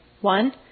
One